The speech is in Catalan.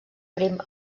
prim